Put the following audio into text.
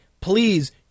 please